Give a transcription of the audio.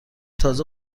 تازه